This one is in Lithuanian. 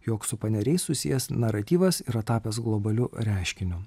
jog su paneriais susijęs naratyvas yra tapęs globaliu reiškiniu